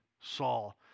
Saul